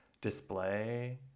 display